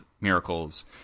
Miracles